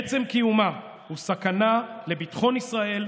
עצם קיומה הוא סכנה לביטחון ישראל,